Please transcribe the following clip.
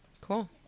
Cool